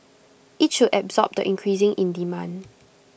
IT should absorb the increasing in demand